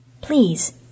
Please